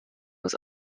was